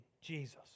Jesus